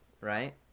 right